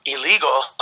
illegal